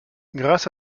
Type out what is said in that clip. grâce